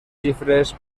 xifres